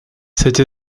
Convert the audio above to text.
cette